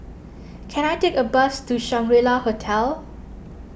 can I take a bus to Shangri La Hotel